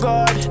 God